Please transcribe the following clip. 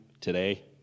today